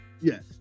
yes